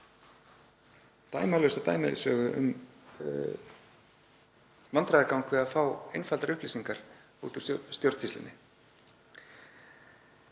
dæmalausa dæmisögu um vandræðagang við að fá einfaldar upplýsingar út úr stjórnsýslunni.